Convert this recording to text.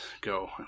go